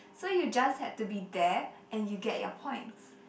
so you just had to be there and you get your points